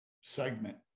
segment